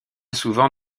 souvent